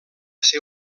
ser